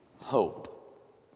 hope